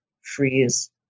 freeze